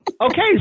Okay